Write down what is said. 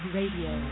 Radio